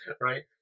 right